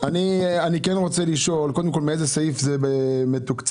אני כן רוצה לשאול מאיזה סעיף זה מתוקצב,